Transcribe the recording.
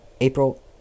April